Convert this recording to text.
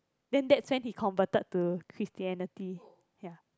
then that's when he converted to Christianity ya